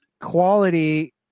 quality